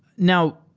now,